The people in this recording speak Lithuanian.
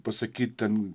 pasakyt ten